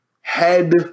head